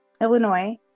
Illinois